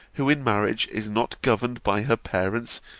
who in marriage is not governed by her parents,